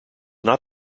not